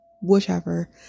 whichever